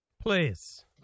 Please